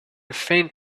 faint